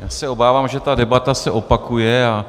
Já se obávám, že ta debata se opakuje a